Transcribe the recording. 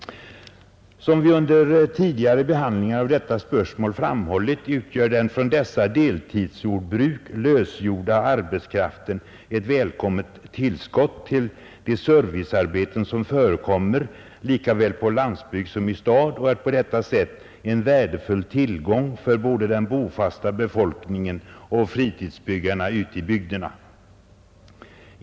Som vi under tidigare behandlingar av detta spörsmål framhållit utgör den från dessa deltidsjordbruk lösgjorda arbetskraften ett välkommet tillskott till de servicearbeten som förekommer lika väl på landsbygd som i stad och är på detta sätt en värdefull tillgång för både den bofasta befolkningen och fritidsbyggarna ute i bygderna.